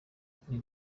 ntabwo